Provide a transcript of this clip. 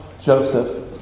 Joseph